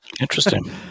interesting